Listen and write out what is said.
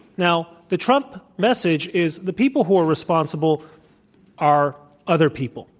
now, the trump message is the people who are responsible are other people,